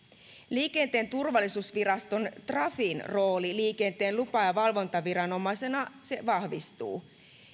liikenteen turvallisuusviraston trafin rooli liikenteen lupa ja ja valvontaviranomaisena vahvistuu